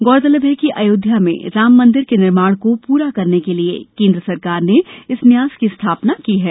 गौरतलब है कि अयोध्या में राम मंदिर के निर्माण को पूरा करने के लिए केंद्र सरकार ने इस न्यास की स्थापना की है